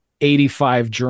85